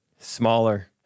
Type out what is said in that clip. smaller